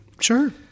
Sure